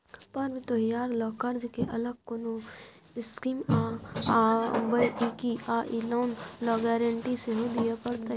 पर्व त्योहार ल कर्ज के अलग कोनो स्कीम आबै इ की आ इ लोन ल गारंटी सेहो दिए परतै?